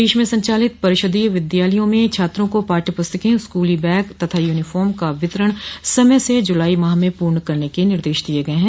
प्रदेश में संचालित परिषदीय विद्यालयों में छात्रों को पाठ्य प्रस्तके स्कूल बैग तथा यूनीफार्म का वितरण समय से ज्लाई माह में पूर्ण करने के निर्देश दिये गये हैं